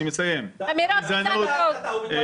אמירות גזעניות.